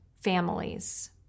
families